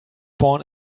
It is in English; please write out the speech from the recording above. born